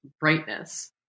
brightness